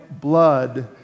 blood